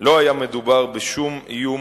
לא היה מדובר בשום איום,